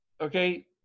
okay